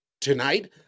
tonight